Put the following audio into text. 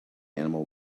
animal